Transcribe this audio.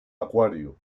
acuario